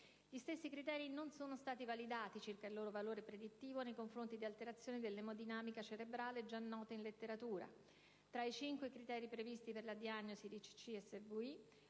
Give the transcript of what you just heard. gli stessi criteri non sono stati validati circa il loro valore predittivo nei confronti di alterazioni dell'emodinamica cerebrale già note in letteratura; tra i cinque criteri previsti per la diagnosi di CCSVI,